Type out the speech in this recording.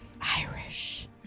irish